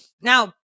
Now